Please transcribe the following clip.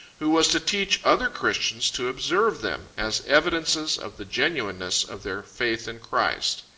who was to teach other christians to observe them, as evidences of the genuineness of their faith in christ.